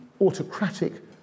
autocratic